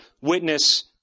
witness